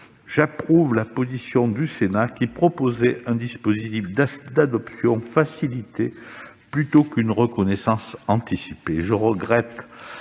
j'approuve la position du Sénat, qui proposait un dispositif d'adoption facilité plutôt qu'une reconnaissance anticipée. Je regrette